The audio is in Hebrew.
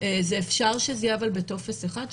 אפשר שזה יהיה בטופס אחד,